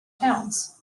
towns